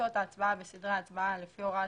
שעות ההצבעה וסדרי ההצבעה לפי הוראות